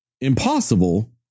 impossible